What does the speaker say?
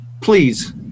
please